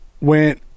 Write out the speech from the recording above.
went